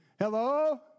Hello